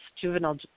juvenile